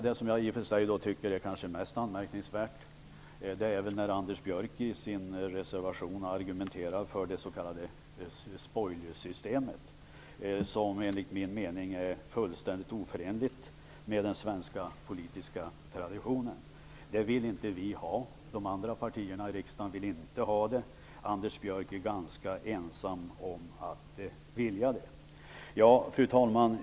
Det som jag tycker är kanske mest anmärkningsvärt är när Anders Björck i sin reservation argumenterar för ett s.k. spoil system, som enligt min mening är fullständigt oförenligt med den svenska politiska traditionen. Det vill vi inte ha. De andra partierna i riksdagen vill inte heller ha det. Anders Björck är ganska ensam om att vilja ha det. Fru talman!